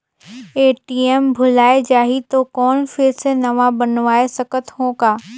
ATM भुलाये जाही तो कौन फिर से नवा बनवाय सकत हो का?